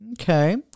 Okay